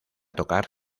tocar